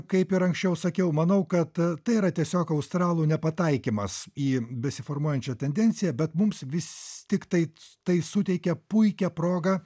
kaip ir anksčiau sakiau manau kad tai yra tiesiog australų nepataikymas į besiformuojančią tendenciją bet mums vis tiktai tai suteikia puikią progą